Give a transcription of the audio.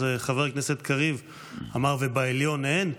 אז חבר הכנסת קריב אמר: ובעליון אין?